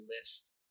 list